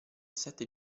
sette